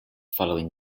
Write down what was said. following